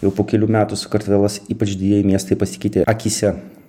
jau po kelių metų sakartvelas ypač didieji miestai pasikeitė akyse